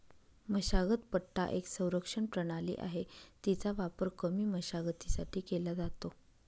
मशागत पट्टा एक संरक्षण प्रणाली आहे, तिचा वापर कमी मशागतीसाठी केला जातो